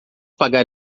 pagar